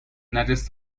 نجس